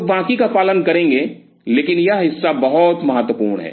तो बाकी का पालन करेंगे लेकिन यह हिस्सा बहुत महत्वपूर्ण है